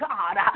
God